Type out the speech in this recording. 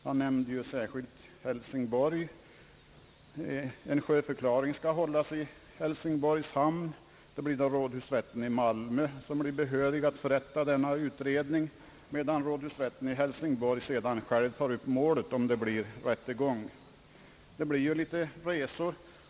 Han nämnde att om en sjöförklaring skall hållas i Hälsingborgs hamn så blir rådhusrätten i Malmö behörig att förrätta denna utredning, medan rådhusrätten i Hälsingborg sedan själv tar upp målet, om det blir rättegång. Detta medför en del resor.